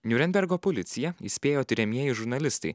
niurnbergo policija įspėjo tiriamieji žurnalistai